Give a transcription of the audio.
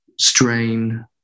strain